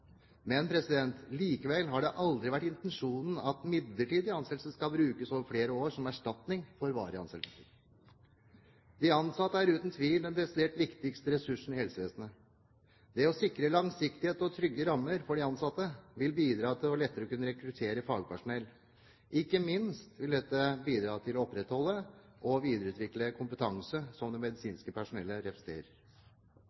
Likevel har det aldri vært intensjonen at midlertidige ansettelser skal brukes over flere år som erstatning for faste ansettelser. De ansatte er uten tvil den desidert viktigste ressursen i helsevesenet. Det å sikre langsiktighet og trygge rammer for de ansatte vil bidra til lettere å kunne rekruttere fagpersonell. Ikke minst vil dette bidra til å opprettholde og videreutvikle kompetanse, som det